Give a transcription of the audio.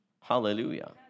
Hallelujah